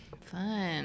Fun